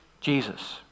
Jesus